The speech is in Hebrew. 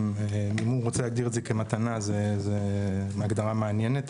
אם הוא רוצה להגדיר את זה כמתנה זאת הגדרה מעניינת,